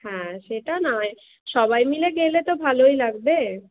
হ্যাঁ সেটা নয় সবাই মিলে গেলে তো ভালোই লাগবে